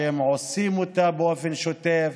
שהם עושים באופן שוטף,